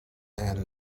and